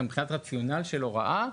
מבחינת רציונל של הוראה,